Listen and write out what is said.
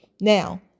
Now